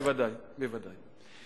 בוודאי, בוודאי.